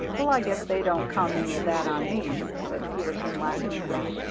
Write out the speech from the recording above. well, i guess they don't come any of that on me, said peterson, laughing again.